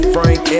Frank